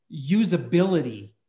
usability